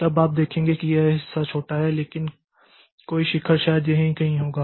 तब आप देखेंगे कि यह हिस्सा छोटा है लेकिन कोई शिखर शायद यहीं कहीं होगा